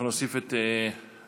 אנחנו נוסיף את אוסאמה,